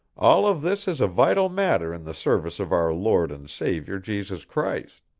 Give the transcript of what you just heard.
all of this is a vital matter in the service of our lord and saviour jesus christ.